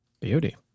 Beauty